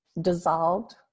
dissolved